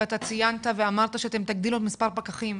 וציינת ואמרת שתגדילו את מספר הפקחים.